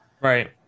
Right